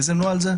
איזה נוהל זה?